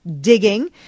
digging